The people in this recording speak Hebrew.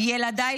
ילדיי,